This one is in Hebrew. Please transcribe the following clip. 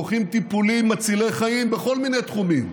דוחים טיפולים מצילי חיים בכל מיני תחומים.